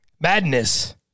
Madness